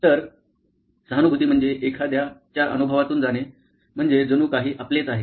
तर सहानुभूती म्हणजे एखाद्याच्या अनुभवातून जाणे म्हणजे जणू काही आपलेच आहे